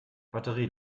batterie